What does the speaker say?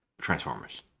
Transformers